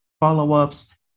follow-ups